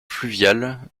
fluviale